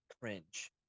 cringe